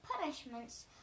punishments